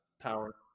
power